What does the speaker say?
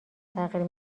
تغییر